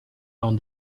own